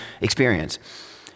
experience